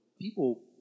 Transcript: people